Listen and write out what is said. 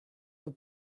the